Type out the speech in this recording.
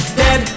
dead